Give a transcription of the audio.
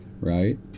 Right